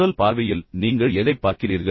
முதல் பார்வையில் நீங்கள் எதைப் பார்க்கிறீர்கள்